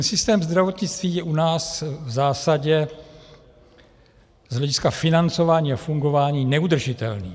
Systém zdravotnictví je u nás v zásadě z hlediska financování a fungování neudržitelný.